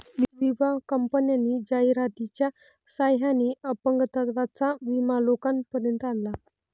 विमा कंपन्यांनी जाहिरातीच्या सहाय्याने अपंगत्वाचा विमा लोकांपर्यंत आणला